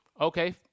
Okay